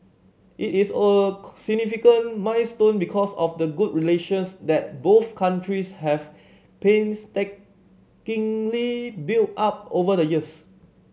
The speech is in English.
it is a significant milestone because of the good relations that both countries have painstakingly built up over the years